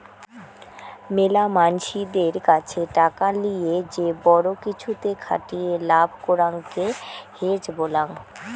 মেলা মানসিদের কাছে টাকা লিয়ে যে বড়ো কিছুতে খাটিয়ে লাভ করাঙকে হেজ বলাং